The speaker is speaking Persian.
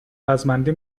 رزمنده